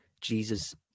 Jesus